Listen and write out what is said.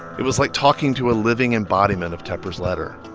it was like talking to a living embodiment of tepper's letter,